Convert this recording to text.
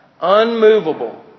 unmovable